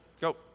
go